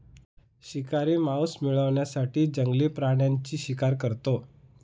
शिकारी मांस मिळवण्यासाठी जंगली प्राण्यांची शिकार करतो